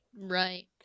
Right